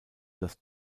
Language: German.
das